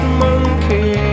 monkey